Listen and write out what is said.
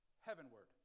heavenward